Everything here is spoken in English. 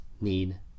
need